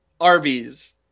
Arby's